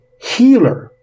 healer